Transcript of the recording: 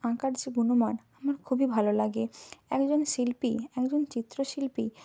আঁকার যে গুণমান আমার খুবই ভালো লাগে একজন শিল্পী একজন চিত্রশিল্পী